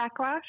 backlash